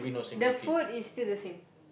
the food is still the same